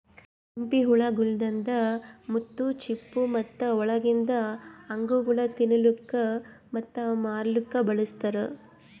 ಸಿಂಪಿ ಹುಳ ಗೊಳ್ದಾಂದ್ ಮುತ್ತು, ಚಿಪ್ಪು ಮತ್ತ ಒಳಗಿಂದ್ ಅಂಗಗೊಳ್ ತಿನ್ನಲುಕ್ ಮತ್ತ ಮಾರ್ಲೂಕ್ ಬಳಸ್ತಾರ್